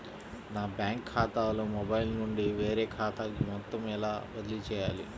నా బ్యాంక్ ఖాతాలో మొబైల్ నుండి వేరే ఖాతాకి మొత్తం ఎలా బదిలీ చేయాలి?